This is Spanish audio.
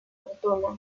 fortuna